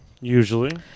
Usually